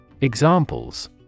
Examples